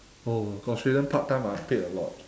oh my gosh australian part time are paid a lot